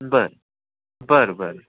बरं बरं बरं